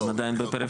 הן עדיין בפריפריה.